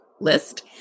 list